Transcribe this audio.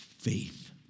Faith